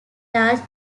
large